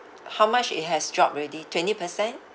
how much it has dropped already twenty percent